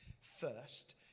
first